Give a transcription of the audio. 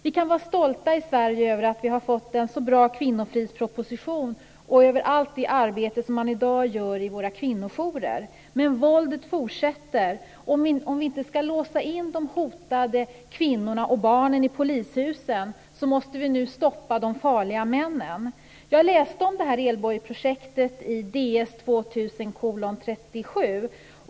Vi kan vara stolta i Sverige över att vi har fått en så bra kvinnofridsproposition, och över allt det arbete som man i dag gör i våra kvinnojourer. Men våldet fortsätter! Om vi inte ska låsa in de hotade kvinnorna och barnen i polishusen så måste vi nu stoppa de farliga männen. Jag läste om elbojprojektet i Ds 2000:37.